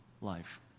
life